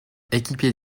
équipier